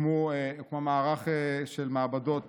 הוקם מערך של מעבדות